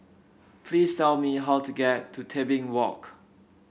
please tell me how to get to Tebing Walk